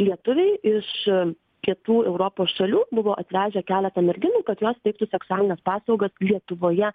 lietuviai iš ketų europos šalių buvo atvežę keletą merginų kad jos teiktų seksualines paslaugas lietuvoje